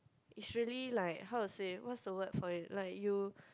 is really like how to say what's the word for it like you